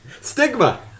stigma